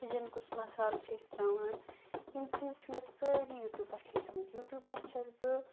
تُجَن کُس مَسالہٕ چھِ أسۍ ترٛاوان یِم چیٖز چھِ مےٚ سٲری یوٗ ٹیٛوٗب پیٚٹھٕ ہیٚچھمٕتۍ یوٗ ٹیٛوٗب پیٚٹھ چھَس بہٕ